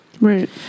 Right